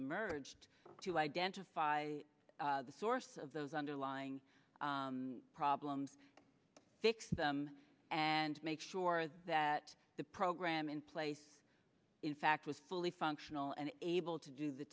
emerged to identify the source of those underlying problems fix them and make sure that the program in place in fact was fully functional and able to do the